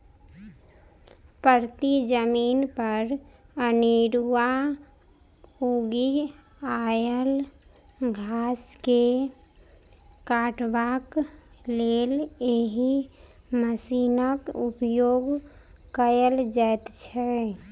परती जमीन पर अनेरूआ उगि आयल घास के काटबाक लेल एहि मशीनक उपयोग कयल जाइत छै